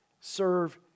serve